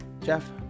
jeff